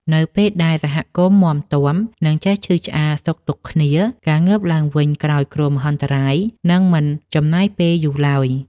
នៅពេលដែលសហគមន៍មាំទាំ និងចេះឈឺឆ្អាលសុខទុក្ខគ្នា ការងើបឡើងវិញក្រោយគ្រោះមហន្តរាយនឹងមិនចំណាយពេលយូរឡើយ។